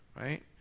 right